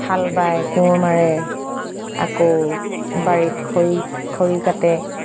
হাল বাই কোঁৰ মাৰে আকৌ বাৰীত খৰি খৰি কাটে